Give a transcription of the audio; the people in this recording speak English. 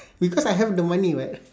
because I have the money [what]